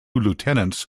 lieutenants